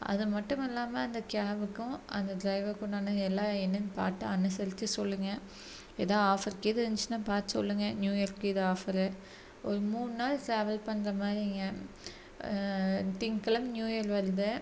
அது மட்டும் இல்லாம இந்த கேபுக்கும் அந்த டிரைவருக்குண்டான எல்லா என்னென்னு பார்த்து அனுசரிச்சு சொல்லுங்க ஏதாவது ஆஃபர் ஏதும் இருந்துச்சுன்னா பார்த்து சொல்லுங்க நியூஇயருக்கு இது ஆஃபரு ஒரு மூணு நாள் டிராவல் பண்ணுற மாதிரிங்க திங்ககெழமை நியூஇயர் வருது